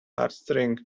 heartstrings